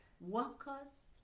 workers